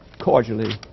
cordially